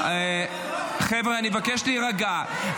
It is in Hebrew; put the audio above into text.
חבר'ה, אני מבקש להירגע.